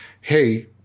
hey